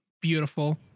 beautiful